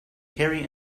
carry